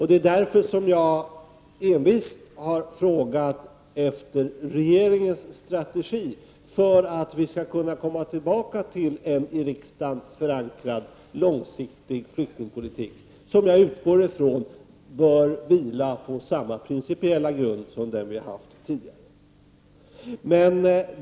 Det är därför jag så envist har frågat efter regeringens strategi för att vi skall kunna komma tillbaka till en i riksdagen förankrad långsiktig flyktingpolitik som, utgår jag från, bör vila på samma principiella grund som den vi har haft tidigare.